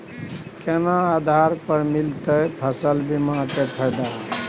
केना आधार पर मिलतै फसल बीमा के फैदा?